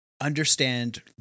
understand